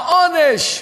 העונש,